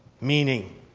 meaning